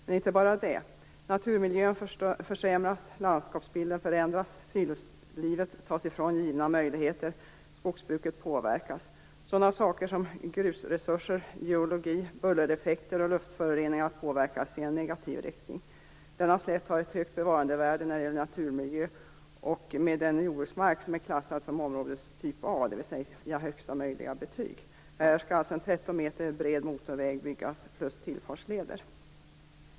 Men inte bara det, naturmiljön försämras, landskapsbilden förändras, friluftslivet fråntas givna möjligheter och skogsbruket påverkas. Sådana saker som grusresurser, geologi, bullereffekter och luftföroreningar påverkas i en negativ riktning. Denna slätt har ett högt bevarandevärde när det gäller naturmiljö, med en jordbruksmark som klassas som områdestyp A, dvs. högsta möjliga betyg. Här skall alltså en 13 m bred motorväg byggas - med tillfartsleder.